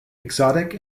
exotic